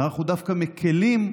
ואנחנו דווקא מקילים.